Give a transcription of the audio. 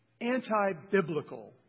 anti-biblical